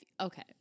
okay